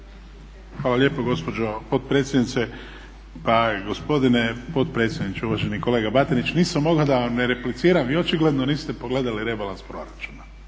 Hvala lijepo gospođo potpredsjednice. Gospodine potpredsjedniče, uvaženi kolega Batinić, nisam mogao da vam ne repliciram, vi očigledno niste pogledali rebalans proračuna.